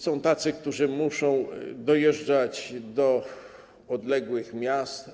Są tacy, którzy muszą dojeżdżać do odległych miast.